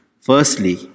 Firstly